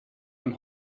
man